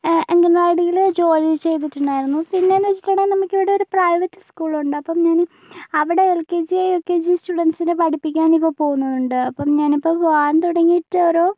അംഗൻവാടിയിൽ ജോലി ചെയ്തിട്ടുണ്ടായിരുന്നു പിന്നെ എന്ന് വെച്ചിട്ടുണ്ടെങ്കിൽ നമുക്ക് ഇവിടെ ഒരു പ്രൈവറ്റ് സ്കൂളുണ്ട് അപ്പം ഞാന് അവിടെ എൽകെജി യൂകെജി സ്റ്റുഡൻസിനെ പഠിപ്പിക്കാൻ ഇപ്പോൾ പോകുന്നുണ്ട് അപ്പം ഞാൻ ഇപ്പോൾ പോകാൻ തുടങ്ങീട്ട് ഒരു